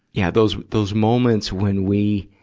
yeah, those, those moments when we,